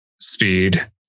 speed